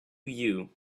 you